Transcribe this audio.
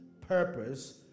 purpose